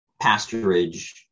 pasturage